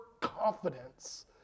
confidence